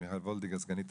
ולכן,